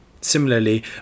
Similarly